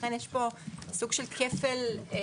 לכן יש פה סוג של כפל דרישה: